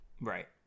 right